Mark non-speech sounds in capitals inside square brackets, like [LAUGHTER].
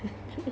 [LAUGHS]